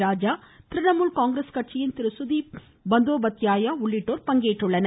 ராஜா திரிணாமுல் காங்கிரஸ் கட்சியின் சுதீப் பந்தோ பாத்யாயா உள்ளிட்டோர் பங்கேற்றுள்ளன்